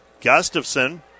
Gustafson